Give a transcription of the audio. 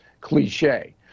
cliche